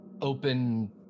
open